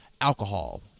Alcohol